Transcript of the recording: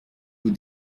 aux